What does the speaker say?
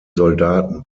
soldaten